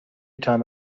time